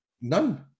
None